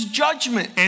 judgment